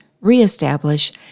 re-establish